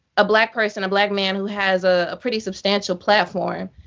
a black person, a black man, who has ah a pretty substantial platform,